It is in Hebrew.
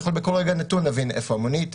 הוא יכול בכל רגע נתון להבין איפה המונית,